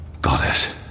Goddess